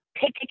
pick